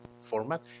format